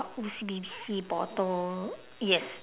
O_C_B_C bottle yes